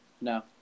No